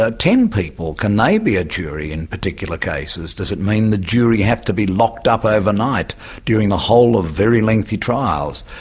ah ten people, can they be a jury in particular cases? does it mean the jury have to be locked up overnight during the whole of very lengthy trials?